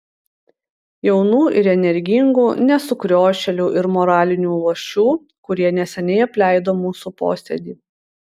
jaunų ir energingų ne sukriošėlių ir moralinių luošių kurie neseniai apleido mūsų posėdį